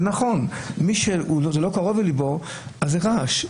זה נכון, למי שזה לא קרוב לליבו זה רעש.